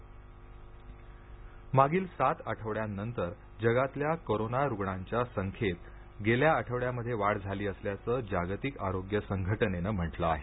जागतिक कोरोना मागील सात आठवड्यांनंतर जगातल्या कोरोना रुग्णांच्या संख्येत गेल्या आठवड्यामध्ये वाढ झाली असल्याचं जागतिक आरोग्य संघटनेनं म्हटलं आहे